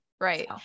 Right